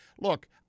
look